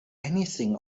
anything